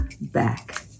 back